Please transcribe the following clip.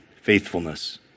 faithfulness